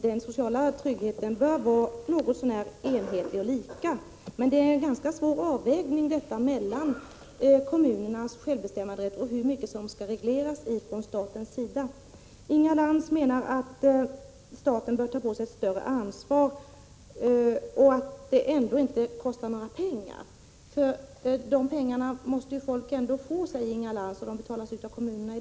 Den sociala tryggheten bör vara något så när enhetlig och lika. Det är emellertid en svår avvägning mellan kommunernas självbestämmanderätt och hur mycket som skall regleras från statens sida. Inga Lantz menar att staten bör ta på sig ett större ansvar och att det ändå inte kostar några pengar. De pengarna måste folk ändå få, säger Inga Lantz, och i dag betalas de ut av kommunerna.